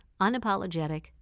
unapologetic